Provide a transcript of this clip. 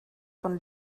von